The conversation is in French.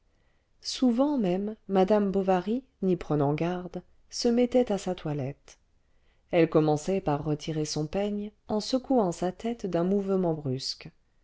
souvent même madame bovary n'y prenant garde se mettait à sa toilette elle commençait par retirer son peigne en secouant sa tête d'un mouvement brusque